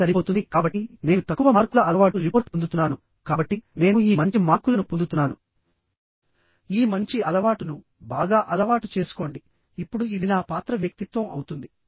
అది సరిపోతుంది కాబట్టి నేను తక్కువ మార్కుల అలవాటు రిపోర్ట్ పొందుతున్నాను కాబట్టి నేను ఈ మంచి మార్కులను పొందుతున్నాను ఈ మంచి అలవాటును బాగా అలవాటు చేసుకోండి ఇప్పుడు ఇది నా పాత్ర వ్యక్తిత్వం అవుతుంది